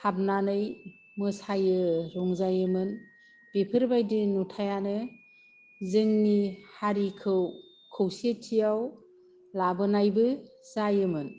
हाबनानै मोसायो रंजायोमोन बेफोरबायदि नुथाइआनो जोंनि हारिखौ खौसेथियाव लाबोनायबो जायोमोन